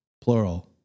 plural